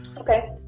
Okay